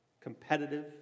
competitive